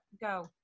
go